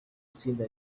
itsinda